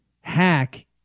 hack